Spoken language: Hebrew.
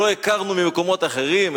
שלא הכרנו ממקומות אחרים,